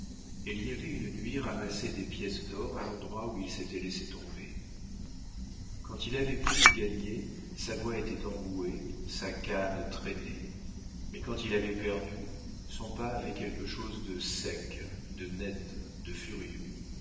elle y avait une nuit ramassé des pièces d'or à l'endroit où il s'était laissé tomber quand il avait bu et gagné sa voix était enrouée sa canne traînait mais quand il avait perdu son pas avait quelque chose de sec de net de furieux